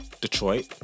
Detroit